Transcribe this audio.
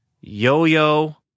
Yo-Yo